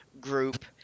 group